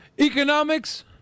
Economics